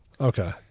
Okay